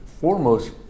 foremost